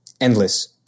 Endless